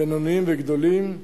בינוניים וגדולים,